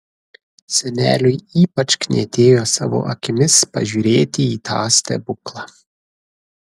seneliui ypač knietėjo savo akimis pažiūrėti į tą stebuklą